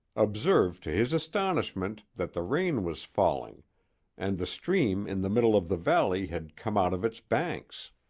observed to his astonishment that the rain was falling and the stream in the middle of the valley had come out of its banks.